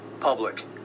public